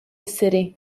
city